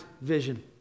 vision